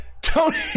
Tony